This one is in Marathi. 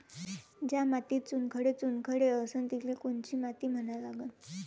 ज्या मातीत चुनखडे चुनखडे असन तिले कोनची माती म्हना लागन?